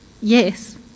Yes